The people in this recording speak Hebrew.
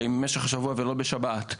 שהיא במשך השבוע ולא בשבת,